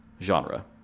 genre